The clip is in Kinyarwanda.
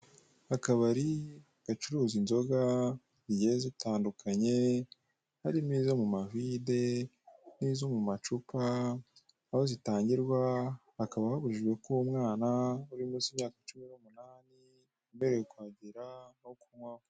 Akabari gacuruza inzoga zigiye zitandukanye harimo izo mu mavide n'izo mu macupa, aho zitangirwa hakaba habujijwe ko umwana uri munsi y'imyaka cumi n'umunani atemerewe kuhagera no kunywaho.